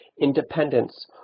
independence